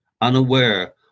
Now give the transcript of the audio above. unaware